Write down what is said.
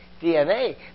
DNA